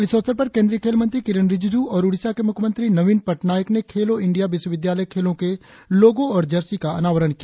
इस अवसर पर केंद्रीय खेल मंत्री किरन रिजिजू और ओडिसा के मुख्यमंत्री नवीन पटनायक ने खेलो इंडिया विश्वविद्यालय खेलों के लोगों और जर्सी का अनावरण किया